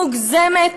מוגזמת,